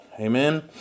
amen